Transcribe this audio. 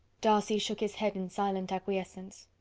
darcy shook his head in silent acquiescence.